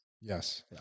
Yes